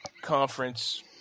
conference